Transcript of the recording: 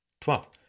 Twelve